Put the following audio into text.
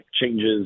changes